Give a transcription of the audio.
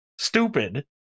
stupid